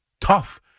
tough